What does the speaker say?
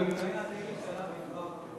זה היה הדגל שעליו נבחרתם,